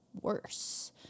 worse